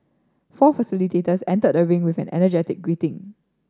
four facilitators enter the ring with an energetic greeting